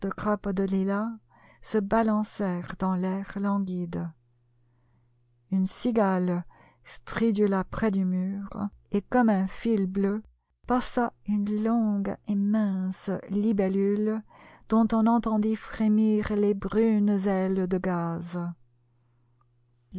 se balancèrent dans l'air languide une cigale stridula près du mur et comme un fil bleu passa une longue et mince libellule dont on entendit frémir les brunes ailes de gaze